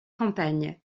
campagnes